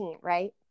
right